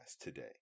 today